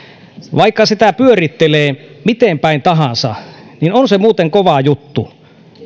vaikka sitä pyörittelee miten päin tahansa niin on se muuten kova juttu